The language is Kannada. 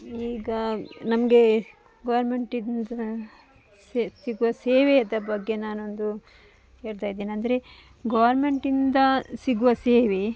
ಈಗ ನಮಗೆ ಗೋರ್ಮೆಂಟಿಂದ ಸಿಗು ಸಿಗುವ ಸೇವೆಯ ಬಗ್ಗೆ ನಾನು ಒಂದು ಹೇಳ್ತಾಯಿದ್ದೇನೆ ಅಂದರೆ ಗೋರ್ಮೆಂಟಿಂದ ಸಿಗುವ ಸೇವೆ